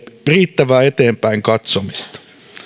riittävää eteenpäin katsomista